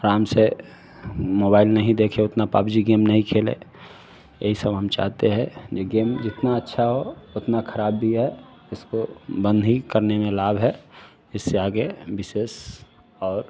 आराम से मोबाइल नहीं देखें उतना पबजी गेम नहीं खेले यही सब हम चाहते हैं ये गेम जितना अच्छा है उतना खराब भी है इसको बंद ही करने में लाभ है इससे आगे विशेष और